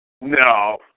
No